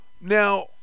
Now –